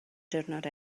diwrnod